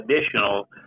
additional